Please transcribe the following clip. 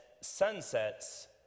sunsets